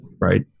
right